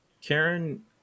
Karen